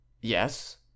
Yes